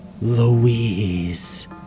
louise